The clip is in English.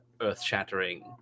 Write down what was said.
earth-shattering